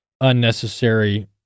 unnecessary